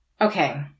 okay